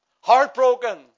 Heartbroken